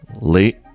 late